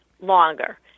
longer